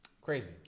crazy